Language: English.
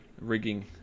rigging